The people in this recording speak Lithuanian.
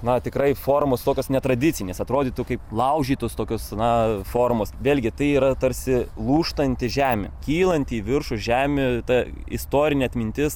na tikrai formos tokios netradicinės atrodytų kaip laužytos tokios na formos vėlgi tai yra tarsi lūžtanti žemė kylanti į viršų žemė ta istorinė atmintis